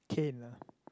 cane lah